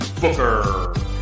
Booker